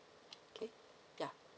okay ya